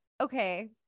okay